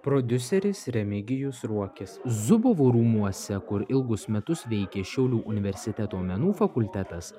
prodiuseris remigijus ruokis zubovų rūmuose kur ilgus metus veikė šiaulių universiteto menų fakultetas